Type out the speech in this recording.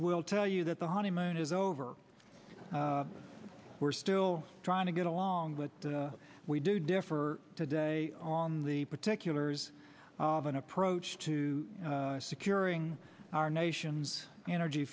will tell you that the honeymoon is over we're still trying to get along with we do differ today on the particulars of an approach to securing our nation's energy